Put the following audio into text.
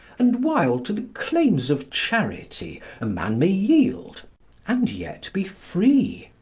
and while to the claims of charity a man may yield and yet be free,